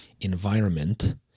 environment